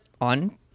on